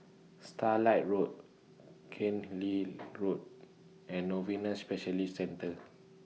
Starlight Road Road and Novena Specialist Centre